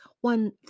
one